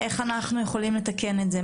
איך אנחנו יכולים לתקן את זה?